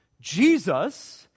Jesus